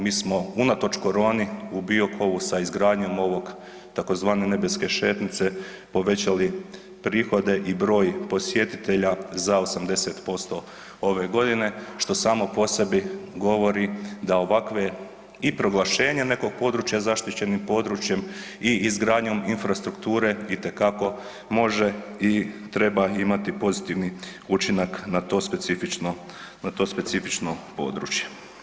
Mi smo unatoč koroni u Biokovu sa izgradnjom ovog, tzv. nebeske šetnice, povećali prihode i broj posjetitelja za 80% ove godine, što samo po sebi govori da ovakve i proglašenje nekog područja zaštićenim područjem i izgradnjom infrastrukture itekako može i treba imati pozitivni učinak na to specifično područje.